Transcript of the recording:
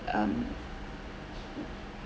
um